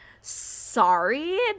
sorry